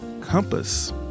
compass